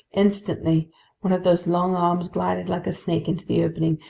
instantly one of those long arms glided like a snake into the opening,